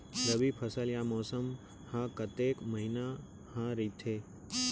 रबि फसल या मौसम हा कतेक महिना हा रहिथे?